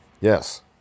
Yes